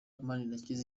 manirakiza